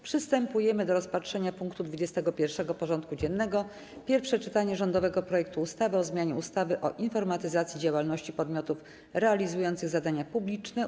Przystępujemy do rozpatrzenia punktu 21. porządku dziennego: Pierwsze czytanie rządowego projektu ustawy o zmianie ustawy o informatyzacji działalności podmiotów realizujących zadania publiczne,